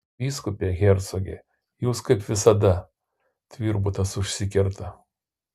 vyskupe hercoge jūs kaip visada tvirbutas užsikerta